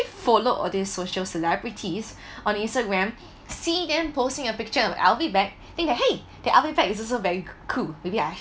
followed all this social celebrities on Instagram see them posting a picture of L_V bag think !hey! the L_V bag it's also very cool maybe I